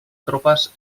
tropes